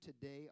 today